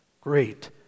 Great